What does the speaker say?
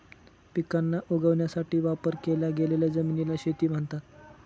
पिकांना उगवण्यासाठी वापर केल्या गेलेल्या जमिनीला शेती म्हणतात